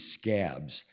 scabs